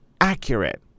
accurate